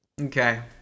Okay